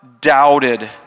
doubted